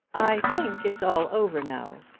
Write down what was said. i think it's all over now,